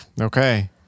Okay